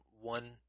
one